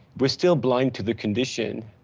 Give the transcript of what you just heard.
was still blind to the condition,